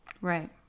right